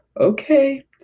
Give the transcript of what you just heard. Okay